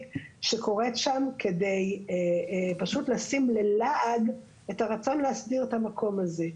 שקורית שם כדי פשוט לשים ללעג את הרצון להסדיר את המקום הזה.